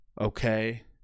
okay